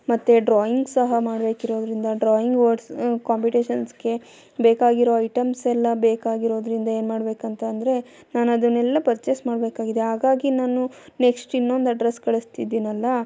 ಮತ್ತೆ ಡ್ರಾಯಿಂಗ್ ಸಹ ಮಾಡಬೇಕಿರೋದರಿಂದ ಡ್ರಾಯಿಂಗ್ ವರ್ಡ್ಸ್ ಕಾಂಪಿಟೇಷನ್ಸ್ಗೆ ಬೇಕಾಗಿರೋ ಐಟಮ್ಸೆ ಎಲ್ಲ ಬೇಕಾಗಿರೋದರಿಂದ ಏನ್ಮಾಡ್ಬೇಕು ಅಂತ ಅಂದರೆ ನಾನು ಅದನ್ನೆಲ್ಲ ಪರ್ಚೆಸ್ ಮಾಡಬೇಕಾಗಿದೆ ಹಾಗಾಗಿ ನಾನು ನೆಕ್ಸ್ಟ್ ಇನ್ನೊಂದು ಅಡ್ರೆಸ್ಸ್ ಕಳಿಸ್ತಿದ್ದೀನಲ್ಲ